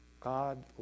God